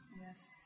Yes